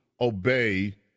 obey